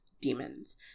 demons